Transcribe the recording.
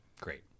Great